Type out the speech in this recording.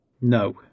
No